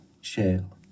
shale